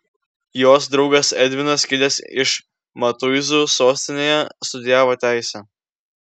jos draugas edvinas kilęs iš matuizų sostinėje studijavo teisę